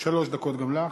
שלוש דקות גם לך.